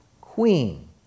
Queen